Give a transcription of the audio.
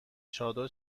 چادر